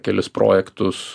kelis projektus